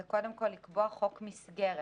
זה קודם כול לקבוע חוק מסגרת.